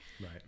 Right